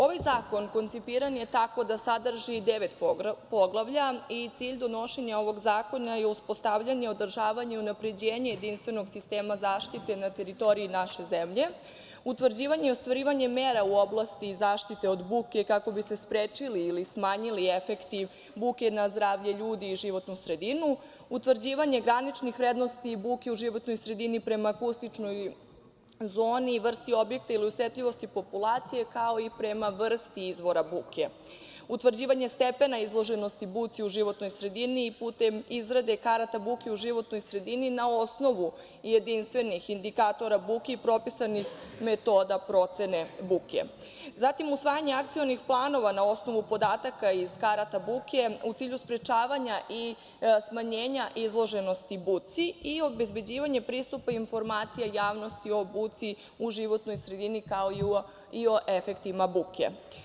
Ovaj zakon koncipiran je tako da sadrži devet poglavlja i cilj donošenja ovog zakona je: uspostavljanje, održavanje, unapređenje jedinstvenog sistema zaštite na teritoriji naše zemlje, utvrđivanje i ostvarivanje mera u oblasti zaštite od buke kako bi se sprečili ili smanjili efekti buke na zdravlje ljudi i životnu sredinu, utvrđivanje graničnih vrednosti buke u životnoj sredini prema akustičnoj zoni, vrsti objekta ili osetljivosti populacije, kao i vrsti izvora buke, utvrđivanje stepena izloženosti buci u životnoj sredini putem izrade karata buke u životnoj sredini na osnovu jedinstvenih indikatora buke i propisanih metoda procene buke, zatim usvajanje akcionih planova na osnovu podataka iz karata buke u cilju sprečavanja i smanjenja izloženosti buci i obezbeđivanje pristupa informacija javnosti o buci u životnoj sredini, kao i o efektima buke.